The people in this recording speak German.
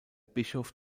bischof